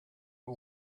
who